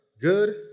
good